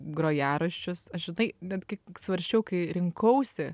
grojaraščius žinai net gi svarsčiau kai rinkausi